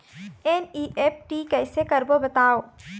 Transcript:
NEFT कैसे करबो बताव?